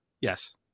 yes